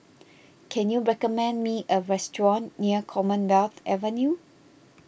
can you recommend me a restaurant near Commonwealth Avenue